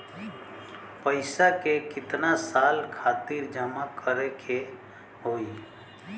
पैसा के कितना साल खातिर जमा करे के होइ?